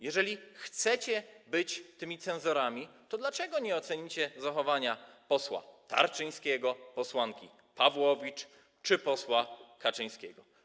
Jeżeli chcecie być tymi cenzorami, to dlaczego nie ocenicie zachowania posła Tarczyńskiego, posłanki Pawłowicz czy posła Kaczyńskiego?